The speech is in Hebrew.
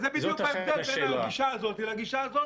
בדיוק, ההבדל בין הגישה הזאת לבין הגישה הזאת.